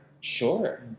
Sure